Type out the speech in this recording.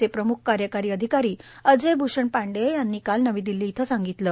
चे प्रम्ख कार्यकारी अधिकारी अजय भूषण पांडेय यांनी काल नवी दिल्ली इथं सांगितलं